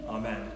Amen